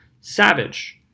Savage